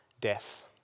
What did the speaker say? death